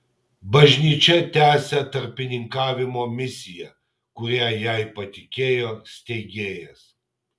bažnyčia tęsia tarpininkavimo misiją kurią jai patikėjo steigėjas